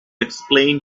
explain